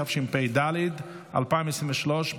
התשפ"ד 2023,